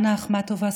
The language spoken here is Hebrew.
אנה אחמטובה,